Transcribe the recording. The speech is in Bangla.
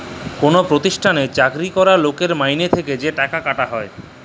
কল পরতিষ্ঠালে চাকরি ক্যরা লকের মাইলে থ্যাকে যা টাকা কাটা হ্যয়